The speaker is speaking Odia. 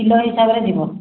କିଲୋ ହିସାବରେ ଯିବ